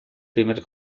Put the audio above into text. primer